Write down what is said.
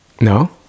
No